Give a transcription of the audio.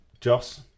Joss